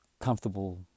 comfortable